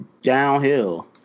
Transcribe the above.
downhill